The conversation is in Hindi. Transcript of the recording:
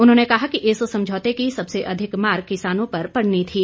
उन्होंने कहा कि इस समझौते की सबसे अधिक मार किसानों पर पड़नी थी